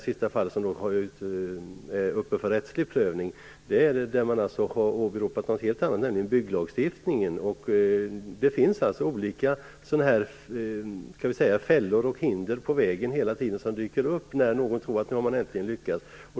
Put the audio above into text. I det fallet som är uppe för rättslig prövning har man åberopat någonting helt annat, nämligen bygglagstiftningen. Det finns olika fällor och hinder på vägen som hela tiden dyker upp när någon tror att man äntligen har lyckats.